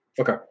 Okay